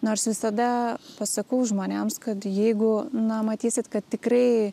nors visada pasakau žmonėms kad jeigu na matysit kad tikrai